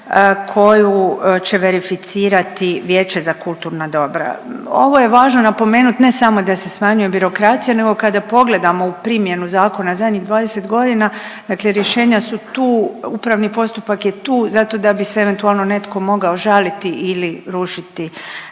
koju će verificirati Vijeće za kulturna dobra. Ovo je važno napomenuti ne samo da se smanjuje birokracija nego kada pogledamo u primjenu zakona zadnjih 20 godina, dakle rješenja su tu, upravni postupak je tu zato da bi se eventualno netko mogao žaliti ili rušiti